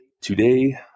Today